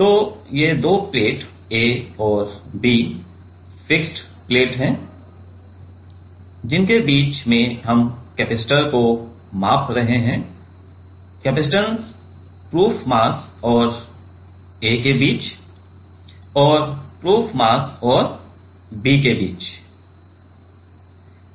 और ये दो प्लेट A और B फिक्स्ड प्लेट हैं जिनके बीच में हम कैपेसिटर को माप रहे हैं कपसिटंस प्रूफ मास और A के बीच और प्रूफ मास और B के बीच है